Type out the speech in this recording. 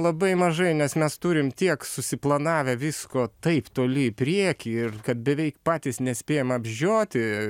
labai mažai nes mes turim tiek susiplanavę visko taip toli į priekį ir kad beveik patys nespėjam apžioti